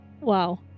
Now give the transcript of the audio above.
Wow